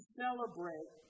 celebrate